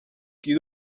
qui